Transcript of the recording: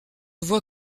vois